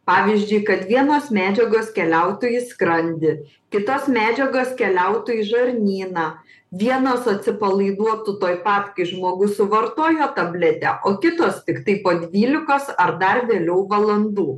pavyzdžiui kad vienos medžiagos keliautų į skrandį kitos medžiagos keliautų į žarnyną vienos atsipalaiduotų tuoj pat kai žmogus suvartojo tabletę o kitos tiktai po dvylikos ar dar vėliau valandų